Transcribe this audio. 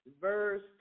verse